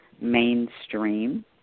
mainstream